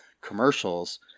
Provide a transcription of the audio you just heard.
commercials